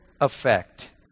effect